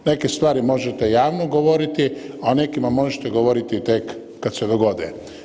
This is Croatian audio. Neke stvari možete javno govoriti, a o nekima možete govoriti tek kad se dogode.